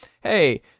hey